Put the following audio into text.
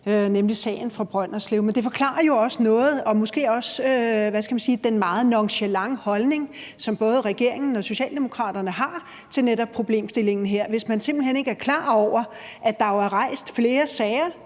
nemlig sagen fra Brønderslev. Men det forklarer nok også noget om den meget nonchalante holdning, som både regeringen og Socialdemokraterne har til netop problemstillingen her, altså hvis man simpelt hen ikke er klar over, at der jo er rejst flere sager